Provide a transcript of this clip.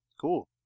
Cool